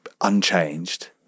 unchanged